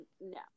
no